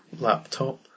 laptop